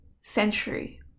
century